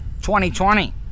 2020